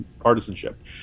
partisanship